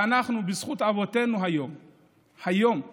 ואנחנו, בזכות אבותינו, היום בישראל.